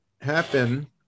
happen